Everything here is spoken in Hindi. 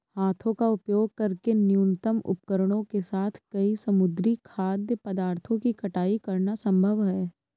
हाथों का उपयोग करके न्यूनतम उपकरणों के साथ कई समुद्री खाद्य पदार्थों की कटाई करना संभव है